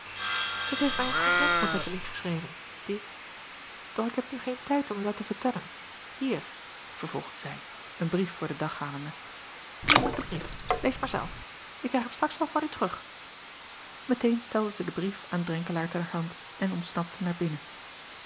at heeft mij een vriendin van ettemie geschreven die doch ik heb nu geen tijd om u dat te vertellen ier vervolgde zij een brief voor den dag halende hier acob van ennep laasje evenster delen is de brief lees maar zelf ik krijg hem straks wel van u terug eteen stelde zij den brief aan renkelaer ter hand en ontsnapte naar binnen